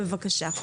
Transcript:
בבקשה.